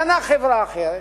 קנה חברה אחרת,